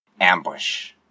Ambush